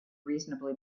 reasonably